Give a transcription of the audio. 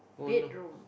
bed room